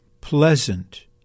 pleasant